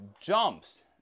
jumps